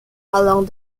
along